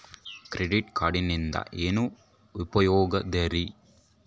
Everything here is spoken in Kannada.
ಕ್ರೆಡಿಟ್ ಕಾರ್ಡಿನಿಂದ ಏನು ಉಪಯೋಗದರಿ?